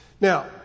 Now